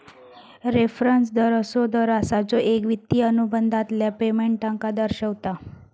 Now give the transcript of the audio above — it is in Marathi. रेफरंस दर असो दर असा जो एक वित्तिय अनुबंधातल्या पेमेंटका दर्शवता